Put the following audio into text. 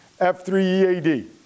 F3EAD